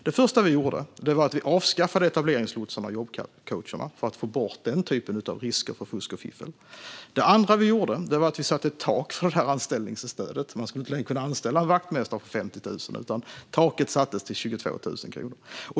Det första vi gjorde var att avskaffa etableringslotsarna och jobbcoacherna för att få bort den typen av risker för fusk och fiffel. Det andra vi gjorde var att sätta ett tak för anställningsstödet så att man inte längre skulle kunna anställa en vaktmästare för 50 000. Taket sattes i stället till 22 000 kronor.